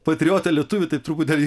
patriotą lietuvį tai turbūt dar ir